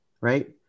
right